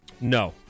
No